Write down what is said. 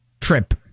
trip